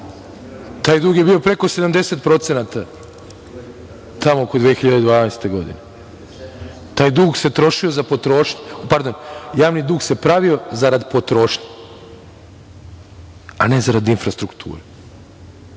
Taj dug je bio preko 70% tamo oko 2012. godine. Javni dug se pravio zarad potrošnje, a ne zarad infrastrukture.